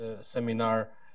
Seminar